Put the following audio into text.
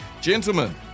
gentlemen